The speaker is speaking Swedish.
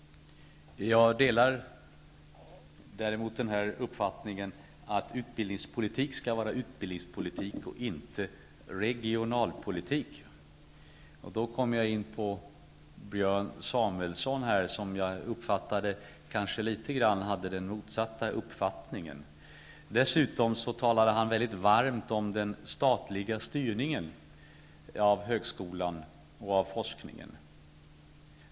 Jag delar däremot uppfattningen att utbildningspolitik skall vara utbildningspolitik och inte reigonalpolitik. Då kommer jag in på det Björn Samuelson sade, och som jag upplevde hade han kanske litet grand den motsatta uppfattningen. Dessutom talade han varmt om den statliga styrningen av högskolan och forskningen.